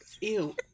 ew